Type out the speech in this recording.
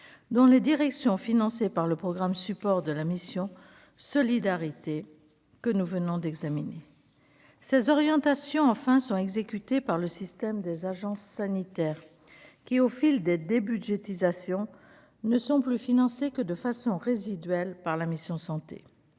dont les directions financé par le programme, support de la mission Solidarité que nous venons d'examiner ces orientations, enfin, sont exécutés par le système des agences sanitaires qui, au fil des débudgétisation ne sont plus financées que de façon résiduelle par la mission Santé,